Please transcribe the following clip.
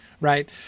Right